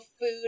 food